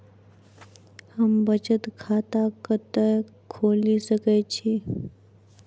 हम बचत खाता कतऽ खोलि सकै छी?